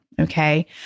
Okay